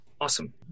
Awesome